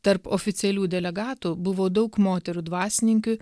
tarp oficialių delegatų buvo daug moterų dvasininkių